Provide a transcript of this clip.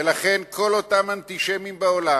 ולכן כל אותם אנטישמים בעולם,